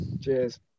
Cheers